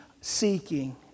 seeking